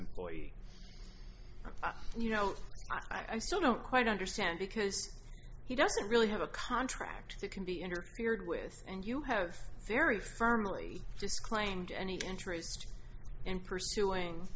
employee and you know i still don't quite understand because he doesn't really have a contract that can be interfered with and you have very firmly just claimed any interest in pursuing